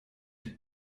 die